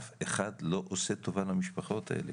אף אחד לא עושה טובה למשפחות האלה,